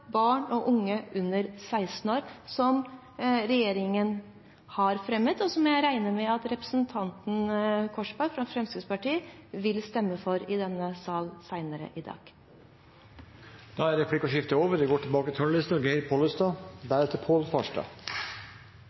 barn og unge under 16 år, som regjeringen har fremmet, og som jeg regner med at representanten Korsberg fra Fremskrittspartiet vil stemme for i denne sal senere i dag. Replikkordskiftet er